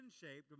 shaped